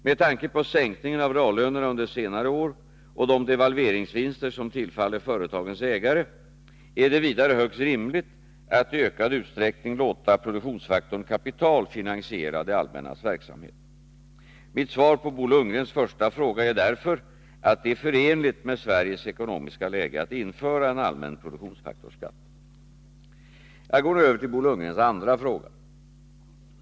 Med tanke på sänkningen av reallönerna under senare år och de devalveringsvinster som tillfaller företagens ägare är det vidare högst rimligt att i ökad utsträckning låta produktionsfaktorn kapital finansiera det allmännas verksamhet. Mitt svar på Bo Lundgrens första fråga är därför att det är förenligt med Sveriges ekonomiska läge att införa en allmän produktionsfaktorsskatt. Jag går nu över till Bo Lundgrens andra fråga.